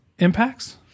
Impacts